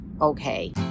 okay